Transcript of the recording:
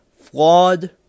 flawed